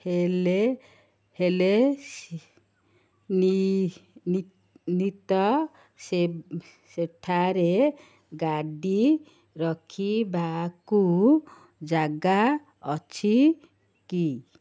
ହେଲେ ହେଲେ ନିତ ସେଠାରେ ଗାଡ଼ି ରଖିବାକୁ ଜାଗା ଅଛି କି